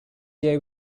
year